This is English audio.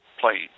playing